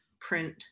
print